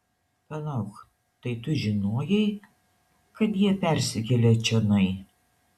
palauk tai tu žinojai kad jie persikelia čionai